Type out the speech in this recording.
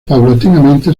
paulatinamente